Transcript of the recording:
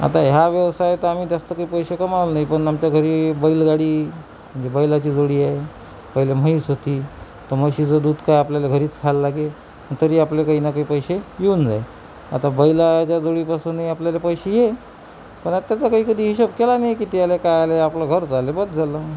आता ह्या व्यवसायात आम्ही जास्त काही पैसे कमावले नाही पण आमच्या घरी बैलगाडी म्हणजे बैलाची जोडी आहे पहिलं म्हैस होती तर म्हशीचं दूध काय आपल्याला घरीच खायला लागेल तरी आपले काही ना काही पैसे येऊन जाईल आता बैलाच्या जोडीपासूनही आपल्याला पैसे येईल पण त्याचा काही कधी हिशोब केला नाही किती आले काय आले आपलं घर चाललंय बस झालं